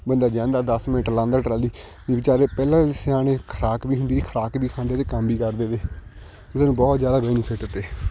ਬੰਦਾ ਜਾਂਦਾ ਦਸ ਮਿੰਟ ਲਾਉਂਦਾ ਟਰਾਲੀ ਵਿਚਾਰੇ ਪਹਿਲਾਂ ਸਿਆਣੇ ਖੁਰਾਕ ਵੀ ਹੁੰਦੀ ਤੀ ਖੁਰਾਕ ਵੀ ਖਾਂਦੇ ਤੇ ਕੰਮ ਵੀ ਕਰਦੇ ਤੇ ਇਹਦੇ ਨਾਲ ਬਹੁਤ ਜ਼ਿਆਦਾ ਬੈਨੀਫਿਟ ਤੇ